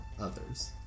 others